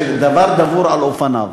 אתה יודע שדבר דבור אל אופניו.